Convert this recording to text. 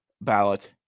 ballot